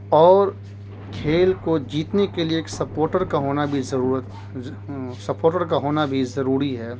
اور کھیل کو جیتنے کے لیے ایک سپوٹر کا ہونا بھی ضرورت سپوٹر کا ہونا بھی ضروری ہے